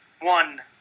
one